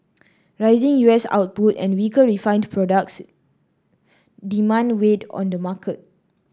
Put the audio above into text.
rising U S output and weaker refined products demand weighed on the market